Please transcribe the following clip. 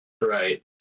right